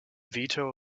veto